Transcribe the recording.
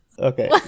okay